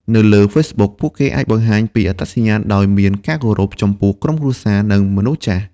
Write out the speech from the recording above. នៅលើ Facebook ពួកគេអាចបង្ហាញពីអត្តសញ្ញាណដោយមានការគោរព ចំពោះក្រុមគ្រួសារ និងមនុស្សចាស់។